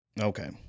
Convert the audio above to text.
Okay